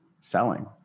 selling